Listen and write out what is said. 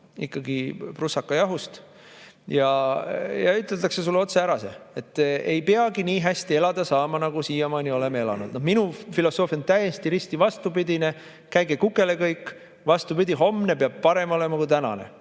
ikkagi prussakajahust. Üteldakse sulle otse ära see, et ei peagi nii hästi elada saama, nagu siiamaani oleme elanud. Minu filosoofia on risti vastupidine: käige kõik kukele, vastupidi, homne peab olema parem kui tänane.